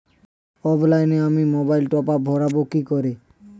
অফলাইনে আমি মোবাইলে টপআপ ভরাবো কি করে?